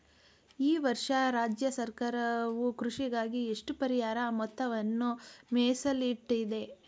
ಈ ವರ್ಷ ರಾಜ್ಯ ಸರ್ಕಾರವು ಕೃಷಿಗಾಗಿ ಎಷ್ಟು ಪರಿಹಾರ ಮೊತ್ತವನ್ನು ಮೇಸಲಿಟ್ಟಿದೆ?